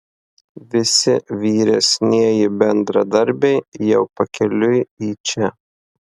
visi vyresnieji bendradarbiai jau pakeliui į čia